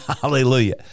Hallelujah